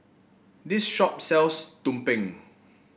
this shop sells tumpeng